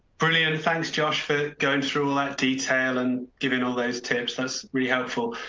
brilliant, thanks josh. going through all that detail and giving all those tips, that's really helpful.